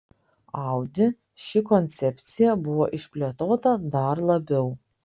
audi ši koncepcija buvo išplėtota dar labiau